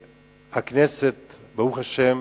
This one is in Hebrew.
שהכנסת, ברוך השם,